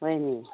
ꯍꯣꯏꯅꯦ